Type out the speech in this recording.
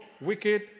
wicked